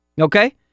Okay